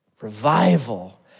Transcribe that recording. Revival